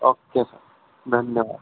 okay sir धन्यवाद